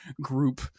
group